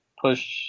push